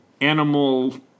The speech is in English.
animal